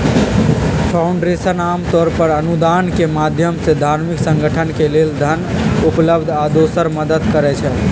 foundation आमतौर पर अनुदान के माधयम से धार्मिक संगठन के लेल धन उपलब्ध आ दोसर मदद करई छई